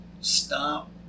stop